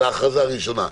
על ההכרזה הראשונה.